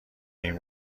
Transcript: این